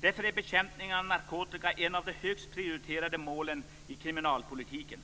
Därför är bekämpningen av narkotika ett av de högst prioriterade målen i kriminalpolitiken.